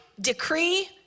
decree